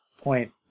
point